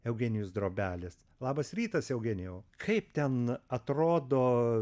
eugenijus drobelis labas rytas eugenijau kaip ten atrodo